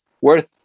worth